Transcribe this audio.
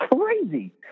crazy